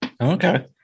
Okay